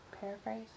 Paraphrase